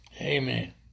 Amen